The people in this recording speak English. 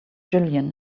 jillian